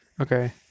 Okay